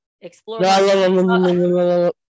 Explore